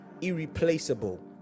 irreplaceable